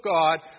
God